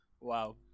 Wow